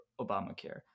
Obamacare